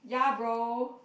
ya bro